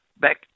back